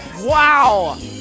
Wow